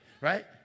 Right